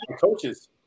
coaches